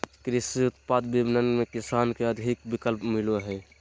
कृषि उत्पाद विपणन से किसान के अधिक विकल्प मिलो हइ